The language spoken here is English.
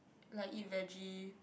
like eat veggie